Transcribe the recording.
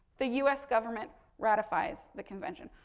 the us, government ratifies the convention.